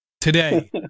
Today